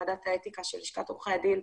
ועדת האתיקה של לשכת עורכי הדין,